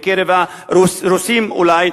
בקרב הרוסים אולי,